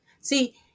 See